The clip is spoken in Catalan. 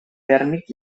tèrmic